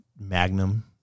Magnum